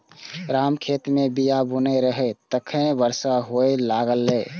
राम खेत मे बीया बुनै रहै, तखने बरसा हुअय लागलै